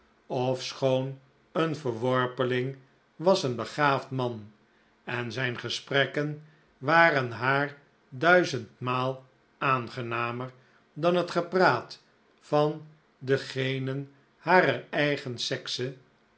ofschoon een verworpeling was een begaafd man en zijn gesprekken waren haar duizend maal aangenamer dan het gepraat van degenen harer eigen sekse